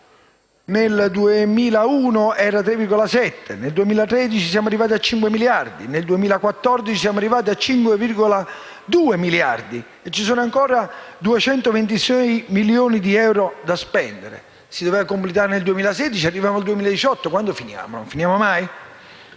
nel 2001 erano pari a 3,7; nel 2013 siamo arrivati a 5 miliardi; nel 2014 a 5,2 miliardi e ci sono ancora 226 milioni di euro da spendere. Si doveva completare l'opera nel 2016 e arriviamo al 2018, quando finiremo? Non finiremo mai?